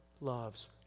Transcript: loves